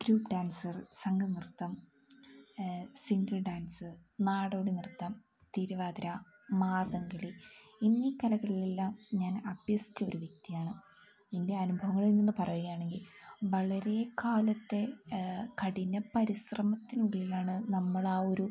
group dance സംഘ നൃത്തം single dance നാടോടി നൃത്തം തിരുവാതിര മാർഗംകളി എന്നീ കലകളിലെല്ലാം ഞാൻ അഭ്യസിച്ച ഒരു വ്യക്തിയാണ് എൻ്റെ അനുഭവങ്ങളിൽ നിന്ന് പറയുകയാണെങ്കിൽ വളരെ കാലത്തെ കഠിന പരിശ്രമത്തിനുള്ളിലാണ് നമ്മൾ ആ ഒരു